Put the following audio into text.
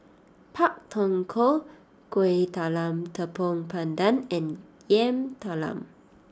Pak Thong Ko Kueh Talam Tepong Pandan and Yam Talam